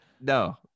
No